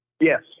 Yes